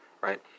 right